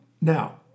Now